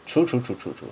true true true true true